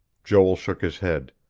joel shook his head.